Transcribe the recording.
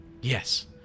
Yes